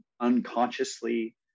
unconsciously